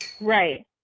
Right